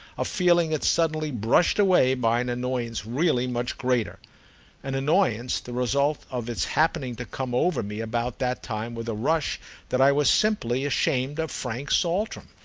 of feeling it suddenly brushed away by an annoyance really much greater an annoyance the result of its happening to come over me about that time with a rush that i was simply ashamed of frank saltram.